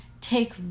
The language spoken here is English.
take